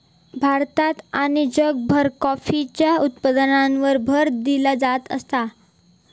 भारतात आणि जगभरात कॉफीच्या उत्पादनावर भर दिलो जात आसा